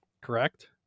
correct